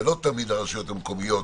ולא תמיד הרשויות המקומיות